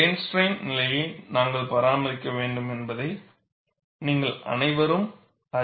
plane strain நிலையை நாங்கள் பராமரிக்க வேண்டும் என்பதை நீங்கள் அனைவரும் அறிவீர்கள்